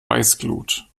weißglut